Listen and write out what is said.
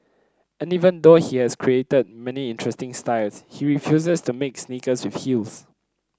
and even though he has created many interesting styles he refuses to make sneakers with heels